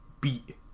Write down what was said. beat